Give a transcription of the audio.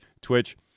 Twitch